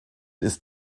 ist